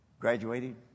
Graduated